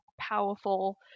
powerful